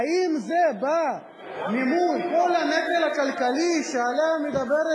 האם זה בא מול כל הנטל הכלכלי שעליו מדברת